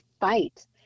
fight